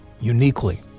uniquely